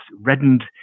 reddened